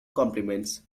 compliments